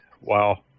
Wow